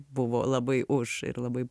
buvo labai už ir labai